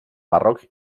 barroc